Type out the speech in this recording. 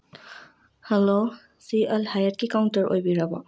hello ꯁꯤ ꯑꯜꯍꯥꯌꯠꯀꯤ counter ꯑꯣꯏꯕꯤꯔꯕꯣ